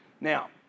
Now